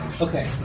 Okay